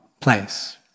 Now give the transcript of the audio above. place